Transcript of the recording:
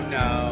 no